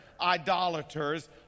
idolaters